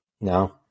No